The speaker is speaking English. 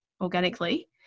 organically